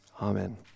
Amen